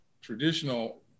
traditional